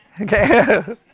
Okay